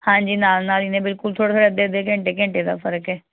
ਹਾਂਜੀ ਨਾਲ ਨਾਲ ਹੀ ਨੇ ਬਿਲਕੁਲ ਥੋੜ੍ਹਾ ਥੋੜ੍ਹਾ ਅੱਧੇ ਅੱਧੇ ਘੰਟੇ ਘੰਟੇ ਦਾ ਫ਼ਰਕ ਹੈ